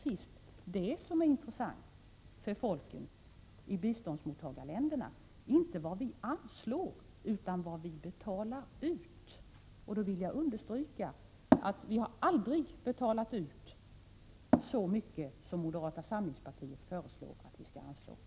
Det som är intressant för folken i biståndsmottagarländerna är inte vad vi anslår, utan vad vi betalar ut. Jag vill understryka att vi aldrig har betalat ut så mycket som moderata samlingspartiet föreslår att vi skall anslå.